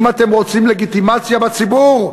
אם אתם רוצים לגיטימציה בציבור,